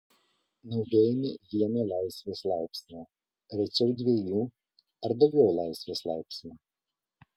naudojami vieno laisvės laipsnio rečiau dviejų ar daugiau laisvės laipsnių